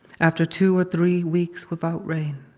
after two or three weeks without rain,